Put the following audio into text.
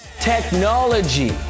Technology